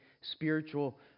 spiritual